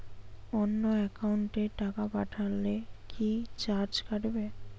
অন্য একাউন্টে টাকা পাঠালে কি চার্জ কাটবে?